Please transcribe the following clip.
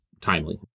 timely